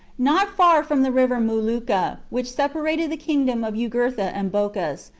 not far from the river muluccha, which separated the kingdom of jugurtha and bocchus,